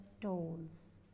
tolls